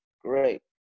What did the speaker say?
great